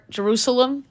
Jerusalem